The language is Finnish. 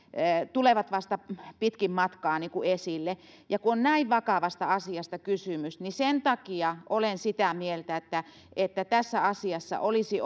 tulevat sitten vasta pitkin matkaa esille ja kun on näin vakavasta asiasta kysymys niin sen takia olen sitä mieltä että että tässä asiassa olisi